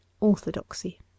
ORTHODOXY